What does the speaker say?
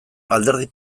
alderdi